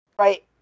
Right